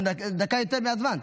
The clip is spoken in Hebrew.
אתה דקה יותר מהזמן.